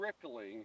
trickling